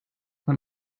let